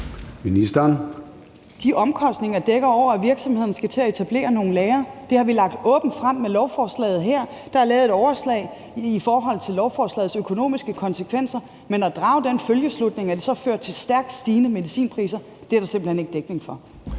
De omkostninger dækker over, at virksomhederne skal til at etablere nogle lagre. Det har vi lagt åbent frem med lovforslaget her. Der er lavet et overslag i forhold til lovforslagets økonomiske konsekvenser, men at drage den følgeslutning, at det så fører til stærkt stigende medicinpriser, er der simpelt hen ikke dækning for.